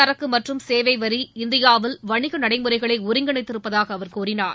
சரக்கு மற்றும் சேவை வரி இந்தியாவில் வணிக நடைமுறைகளை ஒருங்கிணைத்திருப்பதாக அவர் கூறினார்